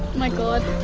my god.